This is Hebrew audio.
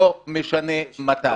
לא משנה מתי.